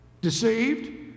deceived